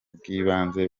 bw’ibanze